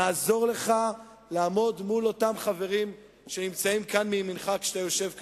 נעזור לך לעמוד מול אותם חברים שנמצאים כאן מימינך כשאתה יושב כאן,